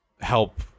help